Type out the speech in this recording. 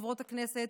חברות הכנסת,